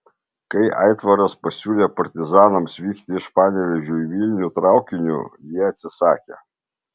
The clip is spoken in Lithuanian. kai aitvaras pasiūlė partizanams vykti iš panevėžio į vilnių traukiniu jie atsisakė